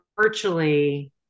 virtually